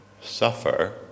suffer